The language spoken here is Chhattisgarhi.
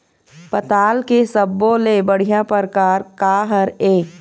पताल के सब्बो ले बढ़िया परकार काहर ए?